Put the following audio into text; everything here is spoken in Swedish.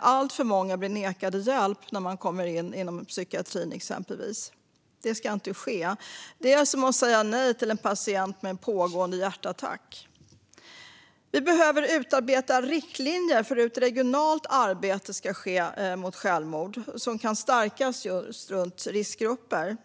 Alltför många blir nekade hjälp när de kommer till exempelvis psykiatrin. Det ska inte ske. Det är som att säga nej till en patient med en pågående hjärtattack. Det behöver utarbetas riktlinjer för hur ett regionalt arbete mot självmord kan stärkas runt riskgrupper.